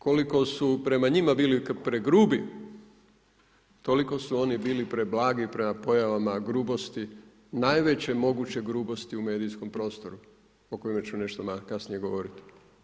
Koliko su prema njima bili pregrubi, toliko su oni bili preblagi prema pojavama grubosti, najveće moguće grubosti u medijskom prostoru, o kojima ću nešto kasnije govoriti.